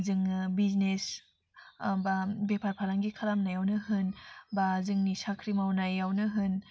जोङो बिजनेस आबा बेफार फालांगि खालामनायावनो होन बा जोंनि साख्रि मावनायआवनो होन